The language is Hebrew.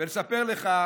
ולספר לך